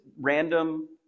random